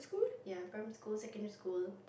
ya primary school secondary school